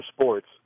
sports